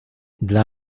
dla